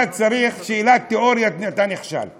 אתה צריך שאלת תיאוריה, ואתה נכשל בטוח.